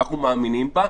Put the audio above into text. ואנחנו מאמינים בה,